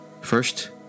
First